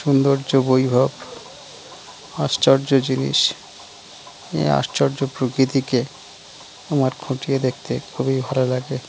সৌন্দর্য বৈভব আশ্চর্য জিনিস এই আশ্চর্য প্রকৃতিকে আমার খুঁটিয়ে দেখতে খুবই ভালো লাগে